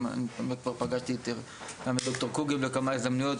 גם כבר פגשתי גם את ד"ר קוגל בכמה הזדמנויות.